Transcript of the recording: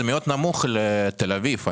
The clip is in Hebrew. זה מאוד נמוך לתל אביב.